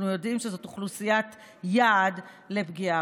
אנחנו יודעים שזאת אוכלוסיית יעד לפגיעה.